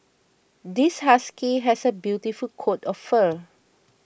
this husky has a beautiful coat of fur